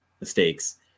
mistakes